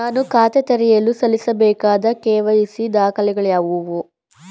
ನಾನು ಖಾತೆ ತೆರೆಯಲು ಸಲ್ಲಿಸಬೇಕಾದ ಕೆ.ವೈ.ಸಿ ದಾಖಲೆಗಳಾವವು?